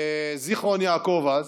בזיכרון יעקב אז,